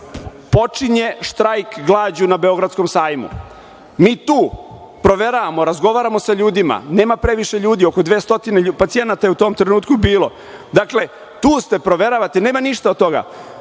počinje štrajk glađu na beogradskom „Sajmu“. Mi tu proveravamo, razgovaramo sa ljudima, nema previše ljudi, oko 200 pacijenata je u tom trenutku bilo. Dakle, tu ste, proveravate, nema ništa od toga.